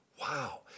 Wow